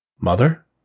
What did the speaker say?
Mother